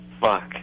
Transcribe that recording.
fuck